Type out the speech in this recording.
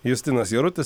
justinas jarutis